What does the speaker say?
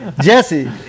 Jesse